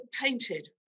painted